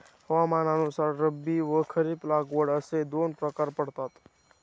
हवामानानुसार रब्बी व खरीप लागवड असे दोन प्रकार पडतात